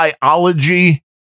Biology